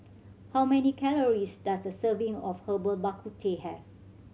how many calories does a serving of Herbal Bak Ku Teh have